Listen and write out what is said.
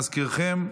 להזכירכם,